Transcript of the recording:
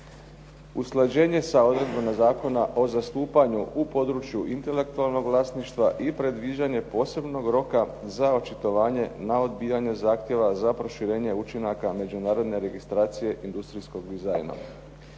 usklađenje sa odredbama zakona o zastupanju u području intelektualnog vlasništva i predviđanje posebnog roka za očitovanje na odbijanje zahtjeva za proširenje učinaka međunarodne registracije industrijskog dizajna.